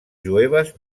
jueves